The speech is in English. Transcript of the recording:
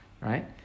right